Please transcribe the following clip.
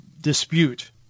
dispute